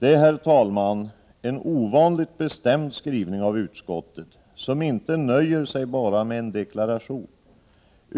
är, herr talman, en ovanligt bestämd skrivning av utskottet, som inte nöjer sig med bara en deklaration.